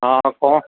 हा कौ